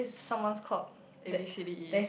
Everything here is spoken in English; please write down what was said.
someone is called A_B_C_D_E